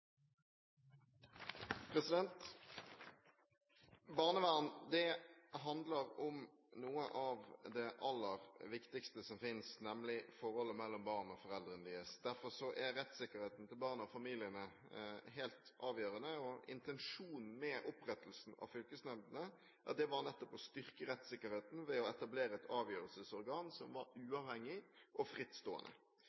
situasjonen. Barnevern handler om noe av det aller viktigste som finnes, nemlig forholdet mellom barn og deres foreldre. Derfor er rettssikkerheten til barna og familiene helt avgjørende. Intensjonen med opprettelsen av fylkesnemndene var nettopp å styrke rettssikkerheten ved å etablere et avgjørelsesorgan som var